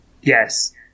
Yes